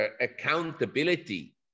accountability